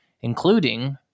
including